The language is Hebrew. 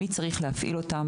מי צריך להפעיל אותה,